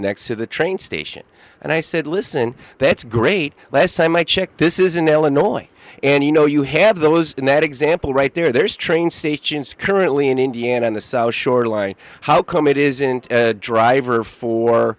next to the train station and i said listen that's great last time i checked this is in illinois and you know you have those in that example right there there's train stations currently in indiana on the south shoreline how come it isn't driver for